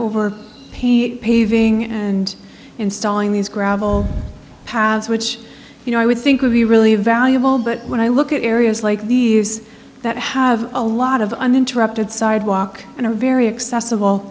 paying paving and installing these gravel paths which you know i would think would be really valuable but when i look at areas like these that have a lot of uninterrupted sidewalk and are very acce